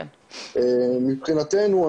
מבחינתנו,